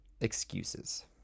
excuses